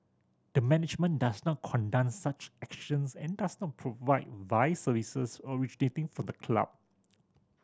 the management does not condone such actions and does not provide vice services originating from the club